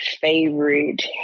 favorite